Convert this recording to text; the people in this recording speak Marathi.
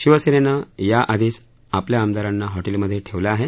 शिवसेनेनं याआधीच आपल्या आमदारांना हॉं जिमधे ठेवलं आहे